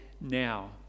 now